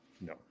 No